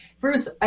Bruce